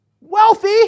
Wealthy